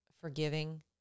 forgiving